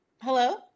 Hello